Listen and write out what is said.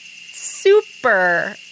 super